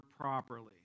properly